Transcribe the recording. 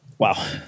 Wow